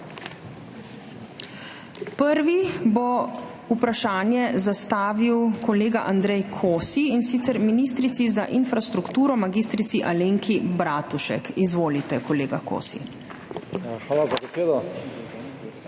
Prvi bo vprašanje zastavil kolega Andrej Kosi, in sicer ministrici za infrastrukturo mag. Alenki Bratušek. Izvolite, kolega Kosi.